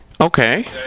Okay